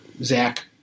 zach